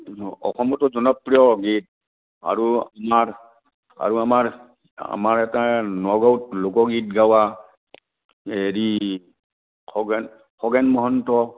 অসমতো জনপ্ৰিয় গীত আৰু আমাৰ আৰু আমাৰ আমাৰ এটা নগাঁৱত লোকগীত গোৱা হেৰি খগেন খগেন মহন্ত